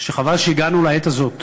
שחבל שהגענו לעת הזאת,